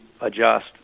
adjust